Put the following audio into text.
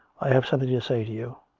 i have something to say to you.